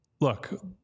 look